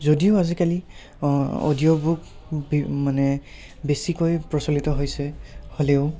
যদিও আজিকালি audio book মানে বেছিকৈ প্ৰচলিত হৈছে হ'লেও